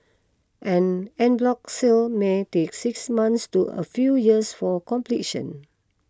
an en bloc sale may take six months to a few years for completion